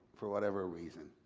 for whatever reason,